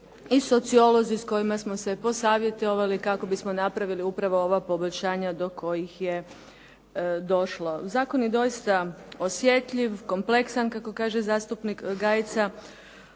i sociolozi s kojima smo se posavjetovali kako bismo napravili upravo ova poboljšanja do kojih je došlo. Zakon je doista osjetljiv, kompleksan kako kaže zastupnik Gajica,